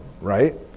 right